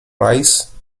rice